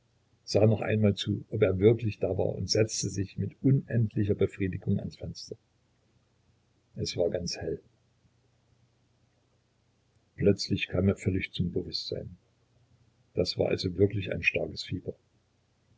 sah noch einmal zu ob er wirklich da war und setzte sich mit unendlicher befriedigung ans fenster es war ganz hell plötzlich kam er völlig zum bewußtsein das war also wirklich ein starkes fieber